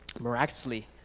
miraculously